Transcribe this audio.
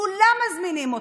כולם מזמינים אותך,